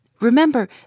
Remember